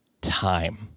time